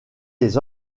les